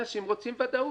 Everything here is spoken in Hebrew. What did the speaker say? אנשים רוצים ודאות.